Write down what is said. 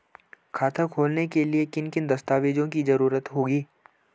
खाता खोलने के लिए किन किन दस्तावेजों की जरूरत होगी?